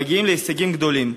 מגיעים להישגים גדולים.